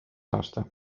aasta